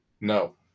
No